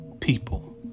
people